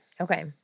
Okay